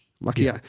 lucky